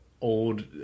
old